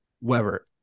Weber